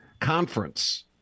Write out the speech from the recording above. conference